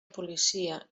policia